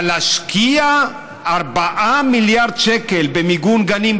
אבל להשקיע 4 מיליארד שקל במיגון גנים,